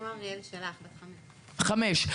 חמש.